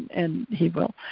and he will.